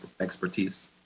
expertise